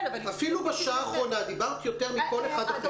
אפילו בשעה האחרונה דיברת יותר מכל אחד אחר.